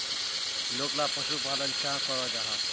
लोकला पशुपालन चाँ करो जाहा?